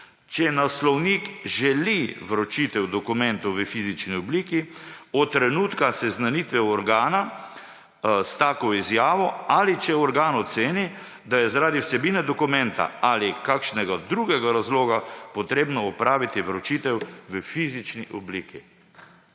če naslovnik želi vročitev dokumentov v fizični obliki, od trenutka seznanitve organa s tako izjavo, ali če organ oceni, da je zaradi vsebine dokumenta ali kakšnega drugega razloga potrebno opraviti vročitev v fizični obliki.«